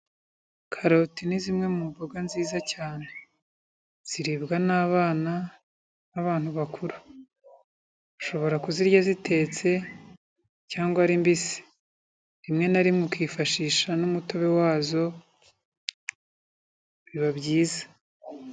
Karoti ni zimwe mu mboga nziza cyane ziribwa n'abana b'abantu bakuru, ushobora kuzirya zitetse cyangwa ari mbisi, rimwe na rimwe ukifashisha n'umutobe wazo biba byiza.